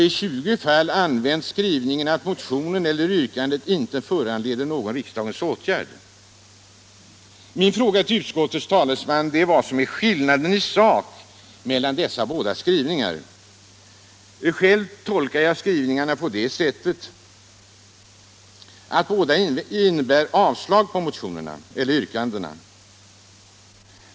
I 20 fall används skrivningen att motionen eller yrkandet ”inte föranleder någon riksdagens åtgärd”. Min fråga till utskottets talesman är vad som är skillnaden i sak mellan dessa båda skrivningar. Själv tolkar jag skrivningarna på det sättet att båda innebär avslag på yrkandena.